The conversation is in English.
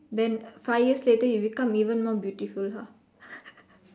then five years later you become even more beautiful how